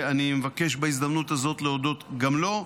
אני מבקש בהזדמנות הזאת להודות גם לו.